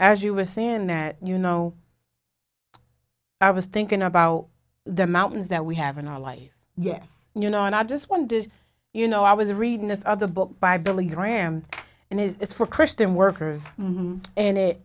as you were saying that you know i was thinking about the mountains that we have in our life yes you know and i just wanted you know i was reading this other book by billy graham and it's for christian workers and it